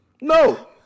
No